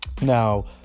Now